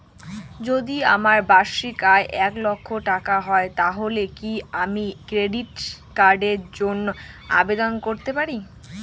যদি আমার বার্ষিক আয় এক লক্ষ টাকা হয় তাহলে কি আমি ক্রেডিট কার্ডের জন্য আবেদন করতে পারি?